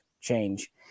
change